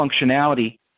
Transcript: functionality